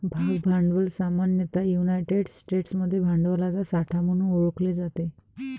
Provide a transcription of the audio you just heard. भाग भांडवल सामान्यतः युनायटेड स्टेट्समध्ये भांडवलाचा साठा म्हणून ओळखले जाते